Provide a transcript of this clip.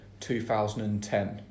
2010